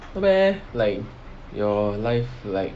not bad leh your life like